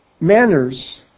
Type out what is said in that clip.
manners